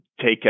take